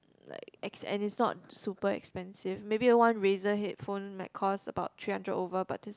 like ex~ and it's not super expensive maybe one Razer headphone might cost about three hundred over but just